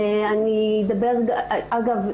אגב,